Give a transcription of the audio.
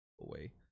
away